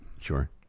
Sure